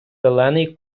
зелений